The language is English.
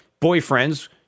boyfriends